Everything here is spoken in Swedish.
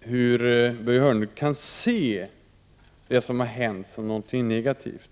hur Börje Hörnlund kan se det som har hänt som någonting negativt.